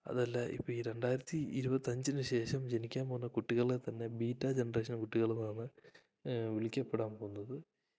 അതല്ല ഇപ്പം ഈ രണ്ടായിരത്തി ഇരുപത്തി അഞ്ചിന് ശേഷം ജനിക്കാൻ പോകുന്ന കുട്ടികളേത്തന്നെ ബീറ്റാ ജനറേഷൻ കുട്ടികൾ എന്നാണ് വിളിക്കപ്പെടാൻ പോകുന്നത്